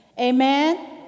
Amen